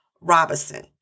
Robinson